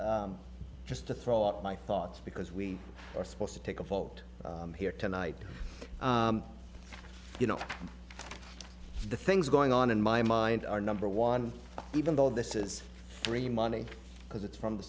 just to throw out my thoughts because we are supposed to take a vote here tonight you know the things going on in my mind are number one even though this is free money because it's from the